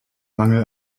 mangel